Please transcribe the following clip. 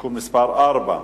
(תיקון מס' 4),